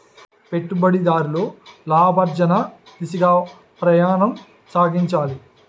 పెట్టుబడిదారులు లాభార్జన దిశగా ప్రయాణం సాగించాలి